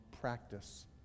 practice